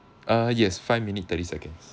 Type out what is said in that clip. uh yes five minute thirty seconds